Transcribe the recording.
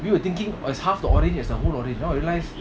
we were thinking as half the audience as the whole audience now I realise